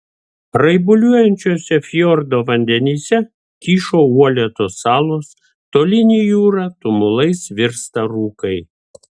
raibuliuojančiuose fjordo vandenyse kyšo uolėtos salos tolyn į jūrą tumulais virsta rūkai